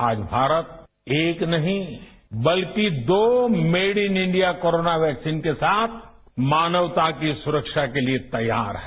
आज भारत एक नहीं बल्कि दो made in India corona vaccine के साथ मानवता की सुरक्षा के लिए तैयार है